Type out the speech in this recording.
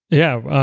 yeah,